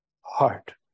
heart